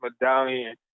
medallion